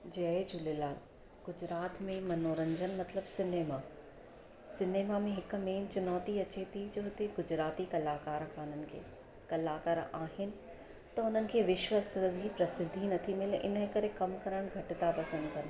जय झूलेलाल गुजरात में मनोरंजन मतलबु सिनेमा सिनेमा में हिक मेन चुनौती अचे थी जो हुते गुजराती कलाकारनि खे कलाकार आहिनि त हुनखे विश्व स्तर जी प्रसिद्धी नथी मिले इनजे करे कमु करण घट था पसंदि कनि